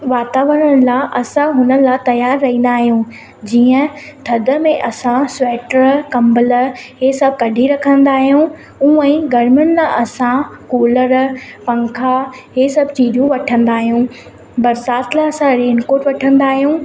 वातावरण लाइ असां हुन लाइ तयारु रहींदा आहियूं जीअं थधि में असां स्वेटर कंबल इहे सभु कढी रखंदा आहियूं हूअं ई गर्मियुनि लाइ असां कूलर पंखा हे सब चीजू वठंदा आहियूं बरिसात लाइ असां रेनकोट वठंदा आहियूं